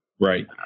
Right